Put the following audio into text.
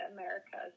America